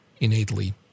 innately